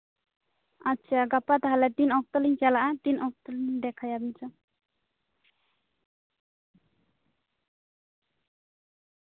ᱟᱪᱪᱷᱟ ᱜᱟᱯᱟ ᱛᱟᱞᱦᱮ ᱛᱤᱱ ᱚᱠᱛᱚ ᱞᱤᱧ ᱪᱟᱞᱟᱜᱼᱟ ᱛᱤᱱ ᱚᱠᱛᱚᱞᱤᱧ ᱫᱮᱠᱷᱟᱭᱟ ᱟᱵᱤᱱ ᱥᱟᱶ